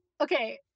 okay